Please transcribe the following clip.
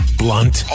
blunt